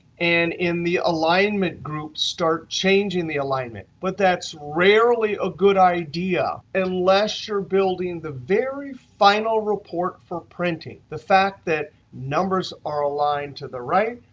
and in the alignment group, start changing the alignment. but that's rarely a good idea unless you're building the very final report for printing. the fact that numbers are aligned to the right,